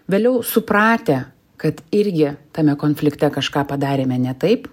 vėliau supratę kad irgi tame konflikte kažką padarėme ne taip